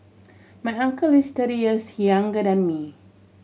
my uncle is thirty years he younger than me